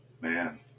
man